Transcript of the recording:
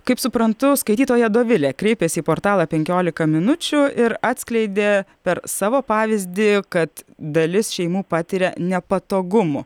kaip suprantu skaitytoja dovilė kreipėsi į portalą penkiolika minučių ir atskleidė per savo pavyzdį kad dalis šeimų patiria nepatogumų